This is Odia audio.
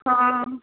ହଁ